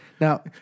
Now